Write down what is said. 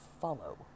follow